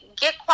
get